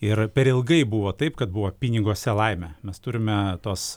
ir per ilgai buvo taip kad buvo piniguose laimė mes turime tos